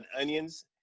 onions